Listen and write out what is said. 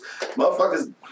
motherfuckers